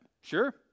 Sure